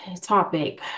topic